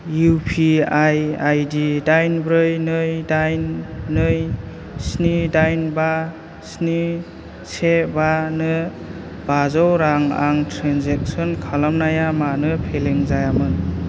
U P I आइदि दाइन ब्रै नै दाइन नै स्नि दाइन बा स्नि से बा नो बाजौ रां आं ट्रेन्जेक्सन खालामनाया मानो फेलें जायामोन